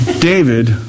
David